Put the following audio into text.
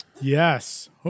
Yes